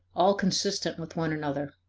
all consistent with one another.